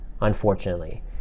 Unfortunately